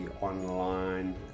online